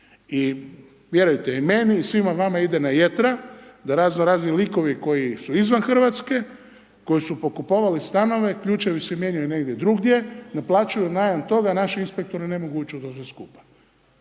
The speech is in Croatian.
I vjerujte, i meni i svima vama ide na jetra da raznorazni likovi koji su izvan Hrvatske, koji su pokupovali stanove, ključevi se mijenjaju negdje drugdje, ne plaćaju najam toga, naši inspektori ne mogu ući u to sve skupa.